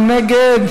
מי נגד?